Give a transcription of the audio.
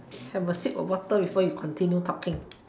have a sip of water before you continue talking